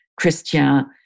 Christian